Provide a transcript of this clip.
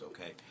okay